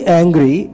angry